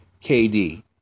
KD